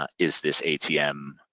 ah is this atm,